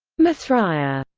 mithraea.